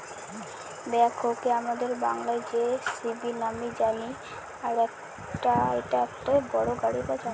ব্যাকহোকে আমাদের বাংলায় যেসিবি নামেই জানি আর এটা একটা বড়ো গাড়ি বা যন্ত্র